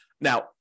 now